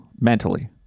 mentally